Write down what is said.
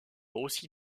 aussi